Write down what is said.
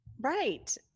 Right